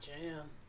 jam